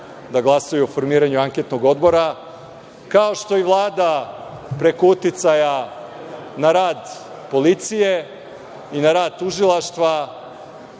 da glasaju o formiranju anketnog odbora, kao što i Vlada preko uticaja na rad policije i na rad tužilaštva